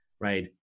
right